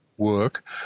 work